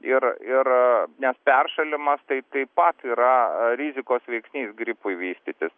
ir ir nes peršalimas tai taip pat yra rizikos veiksnys gripui vystytis